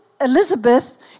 Elizabeth